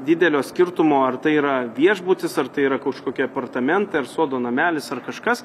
didelio skirtumo ar tai yra viešbutis ar tai yra kažkokie apartamentai ar sodo namelis ar kažkas